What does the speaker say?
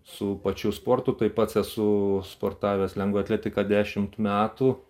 su pačiu sportu tai pats esu sportavęs lengvą atletiką dešimt metų